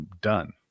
done